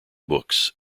books